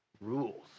rules